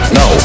no